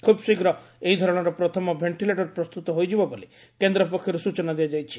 ଖୁବ୍ ଶୀଘ୍ର ଏହି ଧରଣର ପ୍ରଥମ ଭେଷ୍ଟିଲେଟର୍ ପ୍ରସ୍ତୁତ ହୋଇଯିବ ବୋଲି କେନ୍ଦ୍ର ପକ୍ଷରୁ ସୂଚନା ଦିଆଯାଇଛି